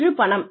ஒன்று பணம்